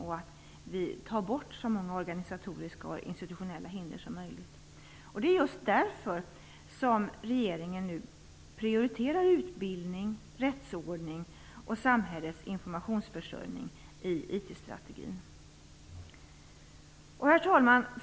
Det är också viktigt att vi tar bort så många organisatoriska och konstitutionella hinder som möjligt. Det är just därför som regeringen prioriterar utbildning, rättsordning och samhällets informationsförsörjning i sin IT-strategi. Herr talman!